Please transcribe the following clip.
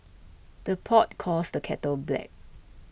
the pot calls the kettle black